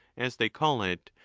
as they call it,